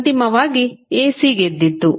ಅಂತಿಮವಾಗಿ AC ಗೆದ್ದಿತು